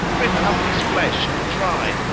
rip up his flesh, and try.